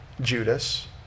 Judas